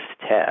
test